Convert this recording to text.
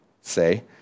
say